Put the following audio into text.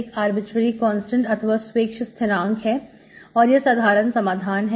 एक arbitrary constant अथवा स्वेच्छ स्थिरांक है और यह एक साधारण समाधान है